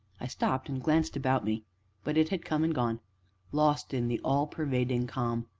i stopped and glanced about me but it had come and gone lost in the all-pervading calm.